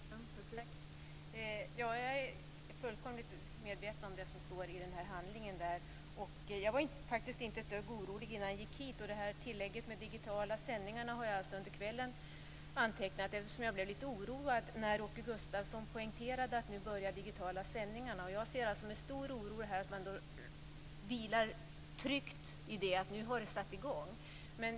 Fru talman! Jag är fullkomligt medveten om vad som står i den här handlingen. Jag var faktiskt inte ett dugg orolig innan jag gick hit. Avsnittet om digitala sändningar har jag antecknat under kvällen, eftersom jag blev lite oroad när Åke Gustavsson poängterade att de digitala sändningarna nu börjar. Jag ser alltså med stor oro på att man vilar tryggt i att detta har satt i gång.